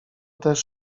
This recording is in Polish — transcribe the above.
też